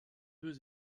deux